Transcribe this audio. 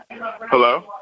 Hello